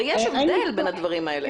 הרי יש הבדל בין הדברים האלה.